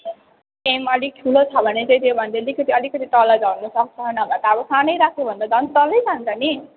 am अलिक ठुलो छ भने चाहिँ त्योभन्दा अलिकति अलिकति तल झर्नुसक्छ नभए त अब सानै राख्यो भने त झन तलै जान्छ नि